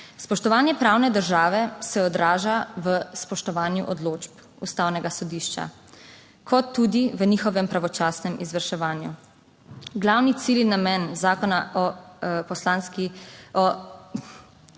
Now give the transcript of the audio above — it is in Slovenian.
Spoštovanje pravne države se odraža v spoštovanju odločb Ustavnega sodišča, kot tudi v njihovem pravočasnem izvrševanju. Glavni cilj in namen Zakona o parlamentarni